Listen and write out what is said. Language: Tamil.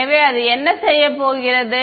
எனவே அது என்ன செய்யப் போகிறது